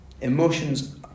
Emotions